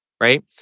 Right